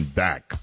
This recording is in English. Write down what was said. back